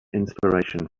inspiration